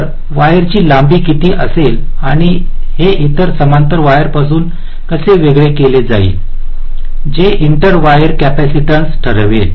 तर वायरची लांबी किती असेल आणि हे इतर समांतर वायरपासून कसे वेगळे केले जाईल जे इंटर वायर कॅपेसिटन्स ठरवेल